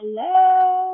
Hello